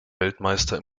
weltmeister